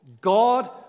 God